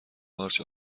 پارچ